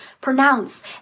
pronounce